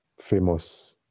famous